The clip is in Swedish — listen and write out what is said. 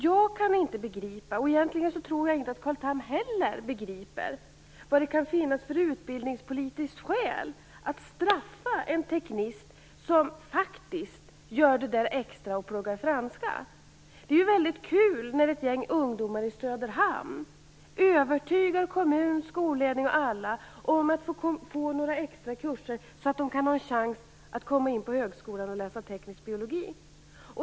Jag kan inte begripa och jag tror att egentligen inte heller Carl Tham begriper vad det kan finnas för utbildningspolitiskt skäl för att straffa en teknist som faktiskt gör en extra insats och pluggar franska. Det är väldigt kul när ett gäng ungdomar i Söderhamn övertygar kommun, skolledning osv. om att de skall få gå några extra kurser så att de kan ha en chans att komma in på högskolan och läsa teknisk biologi.